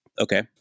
okay